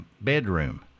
bedroom